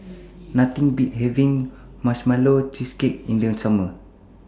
Nothing Beats having Marshmallow Cheesecake in The Summer